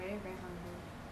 we go out lah